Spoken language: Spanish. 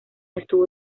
estuvo